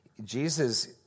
Jesus